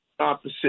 opposite